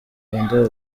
rwanda